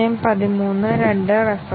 ഞാൻ അത് വീണ്ടും ആവർത്തിക്കാം